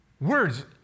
Words